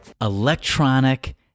electronic